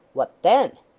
what then